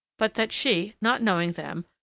but that she, not knowing them,